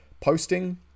posting